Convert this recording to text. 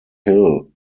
hill